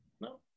No